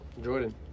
Jordan